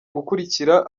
gukurikira